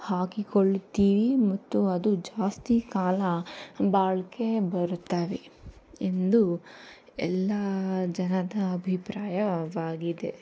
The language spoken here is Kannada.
ಹಾಕಿಕೊಳ್ಳುತ್ತೀವಿ ಮತ್ತು ಅದು ಜಾಸ್ತಿ ಕಾಲ ಬಾಳಿಕೆ ಬರುತ್ತವೆ ಎಂದು ಎಲ್ಲ ಜನದ ಅಭಿಪ್ರಾಯವಾಗಿದೆ